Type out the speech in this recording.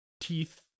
teeth